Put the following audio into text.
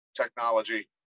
technology